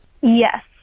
Yes